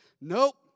Nope